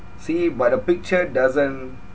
see but a picture doesn't